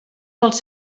dels